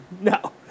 no